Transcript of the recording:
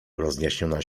rozjaśniona